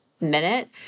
minute